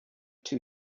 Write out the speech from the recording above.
two